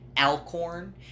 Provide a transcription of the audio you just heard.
Alcorn